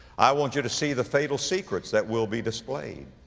i want you to see the fatal secrets that will be displayed.